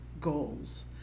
goals